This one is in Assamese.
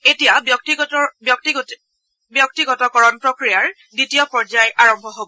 এতিয়া ব্যক্তিগতকৰণ প্ৰক্ৰিয়াৰ দ্বিতীয় পৰ্যায় আৰম্ভ হব